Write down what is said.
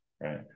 right